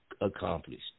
accomplished